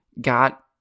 got